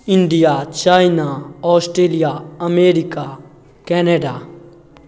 India China Australia America Canada